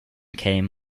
came